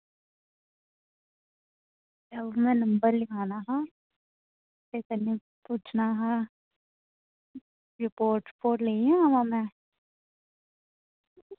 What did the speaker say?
ओह् में अपना नंबर लखाना हा ते कन्नै पुच्छना हा कि रपोट लेई आवां में